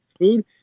food